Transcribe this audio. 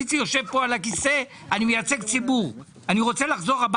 כאשר אני יושב פה על הכיסא אני מייצג ציבור.